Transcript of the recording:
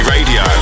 Radio